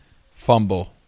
Fumble